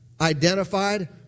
identified